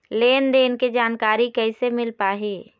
लेन देन के जानकारी कैसे मिल पाही?